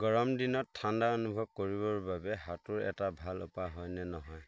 গৰম দিনত ঠাণ্ডা অনুভৱ কৰিবৰ বাবে সাঁতোৰ এটা ভাল উপায় হয়নে নহয়